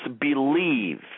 believe